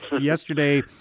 yesterday